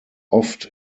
oft